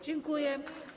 Dziękuję.